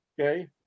okay